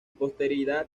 posterioridad